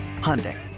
Hyundai